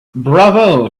bravo